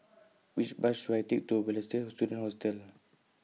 Which Bus should I Take to Balestier Student Hostel